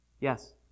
Yes